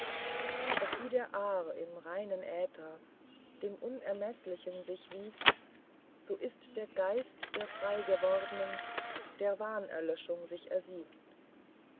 doch wie der aar im reinen äther dem unermeßlichen sich wiegt so ist der geist der freigewordnen der wahnerlöschung sich ersiegt